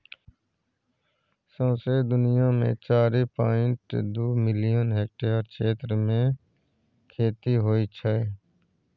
सौंसे दुनियाँ मे चारि पांइट दु मिलियन हेक्टेयर क्षेत्र मे खेती होइ छै